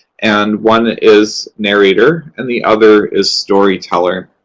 and one is narrator, and the other is storyteller.